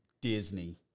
Disney